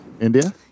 India